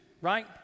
right